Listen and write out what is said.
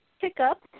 pickup